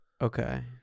Okay